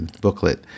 booklet